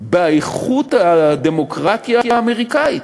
באיכות הדמוקרטיה האמריקנית?